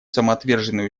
самоотверженные